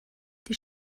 die